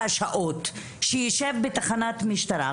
שעות בהן הוא צריך לשבת בתחנת משטרה.